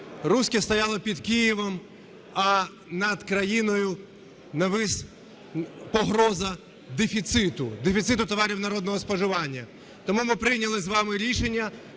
Руські стояли під Києвом, а над країною нависла погроза дефіциту - дефіциту товарів народного споживання. Тому ми прийняли з вами рішення